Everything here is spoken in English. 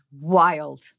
wild